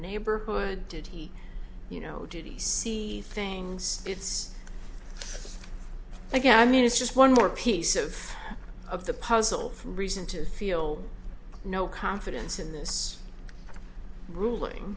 neighborhood did he you know did he see things it's like i mean it's just one more piece of of the puzzle from reason to feel no confidence in this ruling